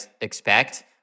expect